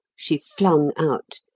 she flung out,